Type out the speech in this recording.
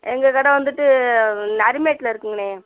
எங்கள் கடை வந்துட்டு நரிமேட்டில் இருக்குதுங்கண்ணே